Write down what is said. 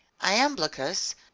iamblichus